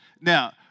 Now